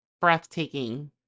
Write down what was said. breathtaking